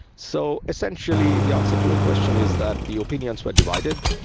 so essentially, the answer to your question is that the opinions were divided.